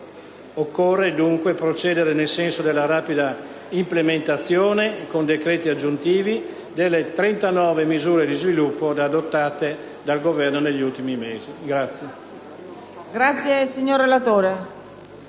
Occorre dunque procedere nel senso della rapida implementazione con decreti aggiuntivi delle 39 misure di sviluppo adottate dal Governo negli ultimi mesi.